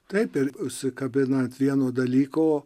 taip ir užsikabina ant vieno dalyko